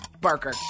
Barker